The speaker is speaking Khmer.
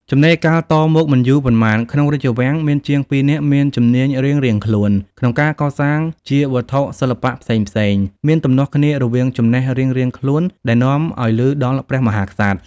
ចំណេរកាលតមកមិនយូរប៉ុន្មាន ក្នុងរាជវាំងមានជាងពីរនាក់មានជំនាញរៀងៗខ្លួនក្នុងការកសាងជាវត្ថុសិល្បៈផ្សេងៗ មានទំនាស់គ្នារវាងចំណេះរៀងៗខ្លួន ដែលនាំឱ្យឮដល់ព្រះមហាក្សត្រ។